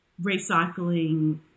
recycling